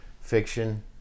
fiction